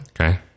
Okay